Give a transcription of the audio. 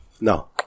No